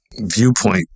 viewpoint